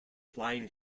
flying